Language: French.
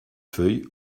feuilles